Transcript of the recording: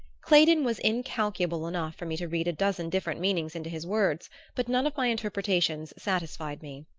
claydon was incalculable enough for me to read a dozen different meanings into his words but none of my interpretations satisfied me.